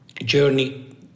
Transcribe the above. journey